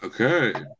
Okay